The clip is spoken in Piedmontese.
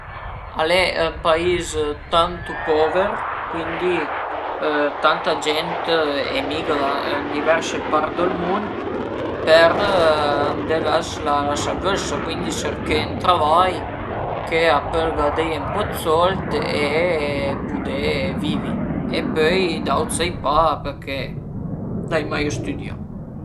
Lë sport che sun tantu scars al e giöghi a balun përché riesu pa, riesu pa a vei ël balun cuandi al ariva, cuindi riesarìu mai a calcelu e parei vagnerìu mai la partìa